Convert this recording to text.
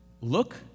Look